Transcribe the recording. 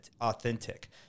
authentic